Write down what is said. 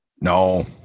No